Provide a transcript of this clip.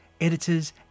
editors